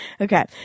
Okay